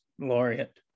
Laureate